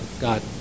God